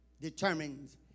determines